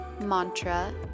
Mantra